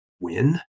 win